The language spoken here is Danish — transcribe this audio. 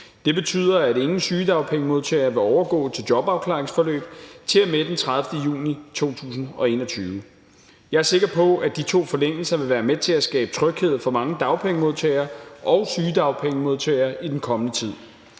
Det betyder, at ingen sygedagpengemodtagere vil overgå til jobafklaringsforløb til og med den 30. juni 2021. Jeg er sikker på, at de to forlængelser vil være med til at skabe tryghed for mange dagpengemodtagere og sygedagpengemodtagere i den kommende tid.